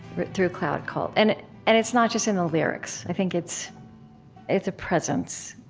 but through cloud cult. and and it's not just in the lyrics. i think it's it's a presence,